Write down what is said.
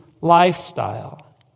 lifestyle